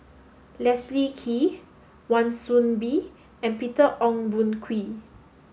Leslie Kee Wan Soon Bee and Peter Ong Boon Kwee